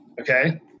Okay